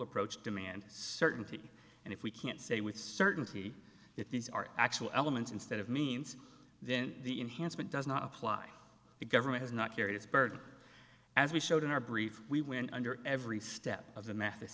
approach demand certainty and if we can't say with certainty if these are actual elements instead of means then the enhancement does not apply the government does not carry this burden as we showed in our brief we went under every step of the ma